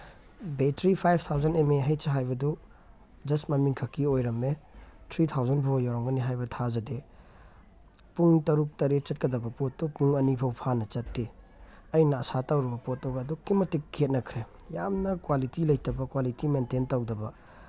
battery five thousand M A ꯍꯩꯁ ꯍꯥꯏꯕꯗꯨ ꯖꯁ ꯃꯃꯤꯡꯈꯛꯀꯤ ꯑꯣꯏꯔꯝꯃꯦ ꯊ꯭ꯔꯤ ꯊꯥꯎꯖꯟ ꯐꯥꯎ ꯌꯧꯔꯝꯒꯅꯤ ꯍꯥꯏꯕ ꯊꯥꯖꯗꯦ ꯄꯨꯡ ꯇꯔꯨꯛ ꯇꯔꯦꯠ ꯆꯠꯀꯗꯕ ꯄꯣꯠꯇꯨ ꯄꯨꯡ ꯑꯅꯤ ꯐꯥꯎ ꯐꯥꯅ ꯆꯠꯇꯦ ꯑꯩꯅ ꯑꯁꯥ ꯇꯧꯔꯨꯕ ꯄꯣꯠꯇꯨꯒ ꯑꯗꯨꯛꯀꯤ ꯃꯇꯤꯛ ꯈꯦꯠꯅꯈ꯭ꯔꯦ ꯌꯥꯝꯅ ꯀ꯭ꯋꯥꯂꯤꯇꯤ ꯂꯩꯇꯕ ꯀ꯭ꯋꯥꯂꯤꯇꯤ ꯃꯦꯟꯇꯦꯟ ꯇꯧꯗꯕ